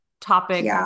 topic